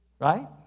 Right